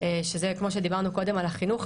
שזה כמו שדיברנו קודם על החינוך,